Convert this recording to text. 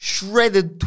Shredded